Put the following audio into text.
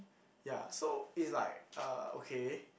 ya so it's like uh okay